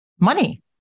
money